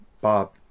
Bob